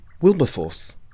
Wilberforce